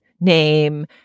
name